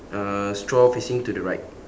uh straw facing to the right